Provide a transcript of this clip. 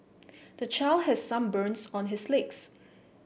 the child has some burns on his legs